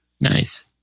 Nice